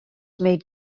made